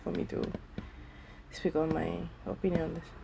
for me to speak on my opinions